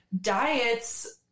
diets